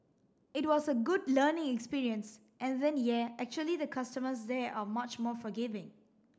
it was a good learning experience and then yeah actually the customers there are much more forgiving